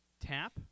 tap